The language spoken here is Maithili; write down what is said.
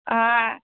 आ